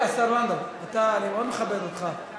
השר לנדאו, אני מאוד מכבד אותך.